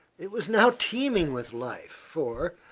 it was now teeming with life, for,